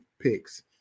picks